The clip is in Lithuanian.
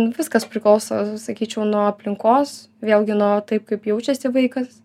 viskas priklauso sakyčiau nuo aplinkos vėlgi nuo taip kaip jaučiasi vaikas